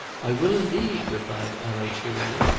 i will, indeed, replied hanaud cheerily.